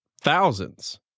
thousands